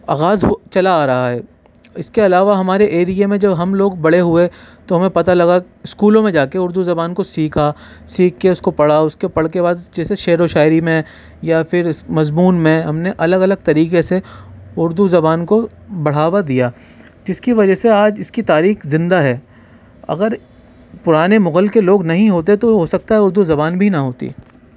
آغاز ہو چلا آرہا ہے اس کے علاوہ ہمارے ایریے میں جب ہم لوگ بڑے ہوئے تو ہمیں پتا لگا اسکولوں میں جا کے اردو زبان کو سیکھا سیکھ کے اس کو پڑھا اس کے پڑھ کے بعد جیسے شعر و شاعری میں یا پھر اس مضمون میں ہم نے الگ الگ طریقے سے اردو زبان کو بڑھاوا دیا جس کی وجہ سے آج اس کی تاریخ زندہ ہے اگر پرانے مغل کے لوگ نہیں ہوتے تو ہوسکتا ہے اردو زبان بھی نہ ہوتی